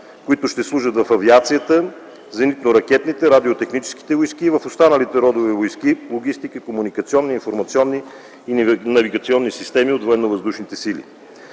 които ще служат в авиацията, зенитно-ракетните, радиотехническите войски и в останалите родове войски, логистика, комуникационни информационни и навигационни системи от